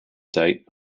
date